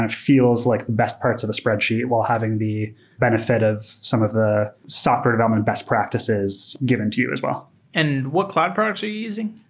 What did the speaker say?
feels like the best parts of a spreadsheet while having the benefit of some of the software development best practices given to you as well and what cloud products are you using?